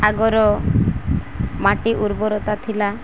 ଆଗର ମାଟି ଉର୍ବରତା ଥିଲା